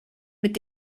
mit